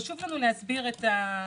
חשוב לנו להסביר את הסיטואציה.